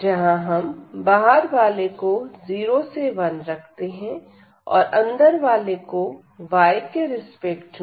जहां हम बाहर वाले को 0 से 1 रखते हैं और अंदर वाले को y के रिस्पेक्ट में